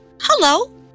hello